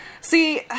See